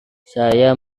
saya